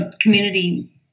community